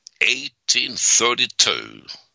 1832